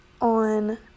on